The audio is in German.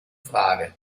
frage